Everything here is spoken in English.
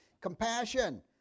compassion